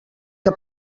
que